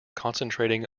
concentrating